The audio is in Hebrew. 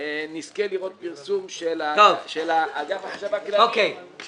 נזכה לראות פרסום של אגף החשב הכללי שמפרסם